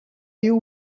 you